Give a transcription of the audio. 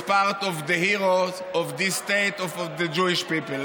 as a part of the heroes of this State of the Jewish people.